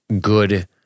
good